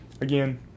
Again